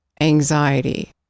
anxiety